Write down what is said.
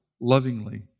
lovingly